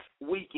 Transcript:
weekend